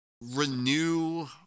renew